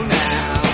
now